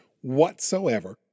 whatsoever